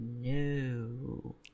No